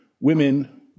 women